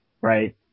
right